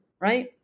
right